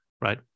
right